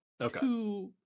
Okay